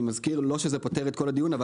אני מזכיר - לא שזה פותר את כל הדיון אבל